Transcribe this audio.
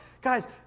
guys